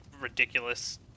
ridiculous